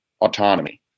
autonomy